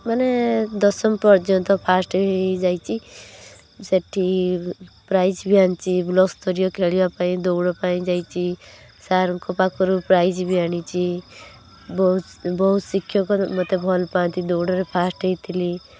ମାନେ ଦଶମ ପର୍ଯ୍ୟନ୍ତ ଫାଷ୍ଟ ହେଇ ହେଇ ଯାଇଛି ସେଠି ପ୍ରାଇଜ୍ ବି ଆଣିଛି ବ୍ଲକ୍ ସ୍ତରୀୟ ଖେଳିବା ପାଇଁ ଦୌଡ଼ ପାଇଁ ଯାଇଛି ସାର୍ଙ୍କ ପାଖରୁ ପ୍ରାଇଜ୍ ବି ଆଣିଛି ବହୁତ ବହୁତ ଶିକ୍ଷକ ମୋତେ ଭଲପାଆନ୍ତି ଦୌଡ଼ରେ ଫାଷ୍ଟ ହେଇଥିଲି